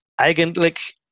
eigentlich